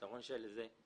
פתרון של מיסוך,